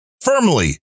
firmly